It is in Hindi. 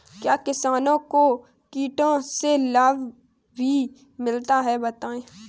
क्या किसानों को कीटों से लाभ भी मिलता है बताएँ?